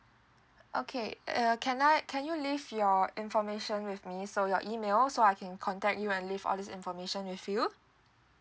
okay uh can I can you leave your information with me so your email so I can contact you and leave all these information with you